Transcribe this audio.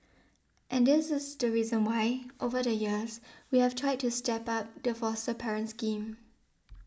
and this is the reason why over the years we have tried to step up the foster parent scheme